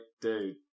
dude